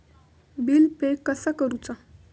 Bill pay कसा करुचा?